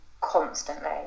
constantly